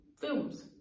films